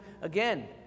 again